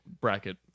bracket